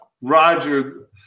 Roger